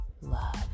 love